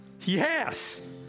Yes